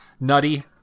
Nutty